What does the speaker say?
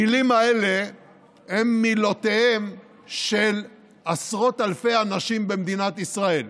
המילים האלה הן מילותיהם של עשרות אלפי אנשים במדינת ישראל,